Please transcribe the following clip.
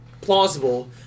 plausible